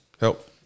help